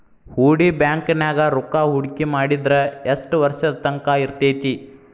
ಹೂಡಿ ಬ್ಯಾಂಕ್ ನ್ಯಾಗ್ ರೂಕ್ಕಾಹೂಡ್ಕಿ ಮಾಡಿದ್ರ ಯೆಷ್ಟ್ ವರ್ಷದ ತಂಕಾ ಇರ್ತೇತಿ?